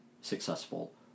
successful